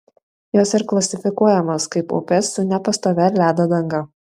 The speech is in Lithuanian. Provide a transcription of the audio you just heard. jos ir klasifikuojamos kaip upės su nepastovia ledo danga